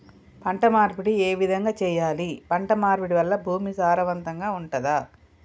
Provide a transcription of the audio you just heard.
పంట మార్పిడి ఏ విధంగా చెయ్యాలి? పంట మార్పిడి వల్ల భూమి సారవంతంగా ఉంటదా?